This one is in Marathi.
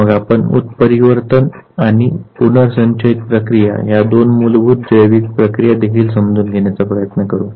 मग आपण उत्परिवर्तन आणि पुनर्संचयित प्रक्रिया या दोन मूलभूत जैविक प्रक्रिया देखील समजून घेण्याचा प्रयत्न करू